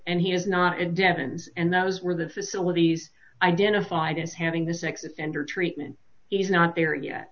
and he is not a devon's and those were the facilities identified as having the sex offender treatment he's not there yet